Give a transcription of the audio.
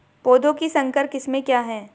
पौधों की संकर किस्में क्या हैं?